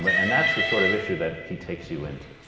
but and that's the sort of issue that he takes you into